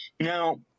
Now